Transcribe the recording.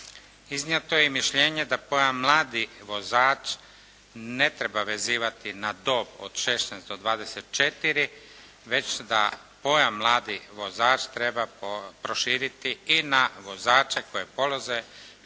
Iznijeto je i mišljenje da pojam “mladi vozač“ ne treba vezivati na dob od 16 do 24, već da pojam “mladi vozač“ treba proširiti i na vozače koji polažu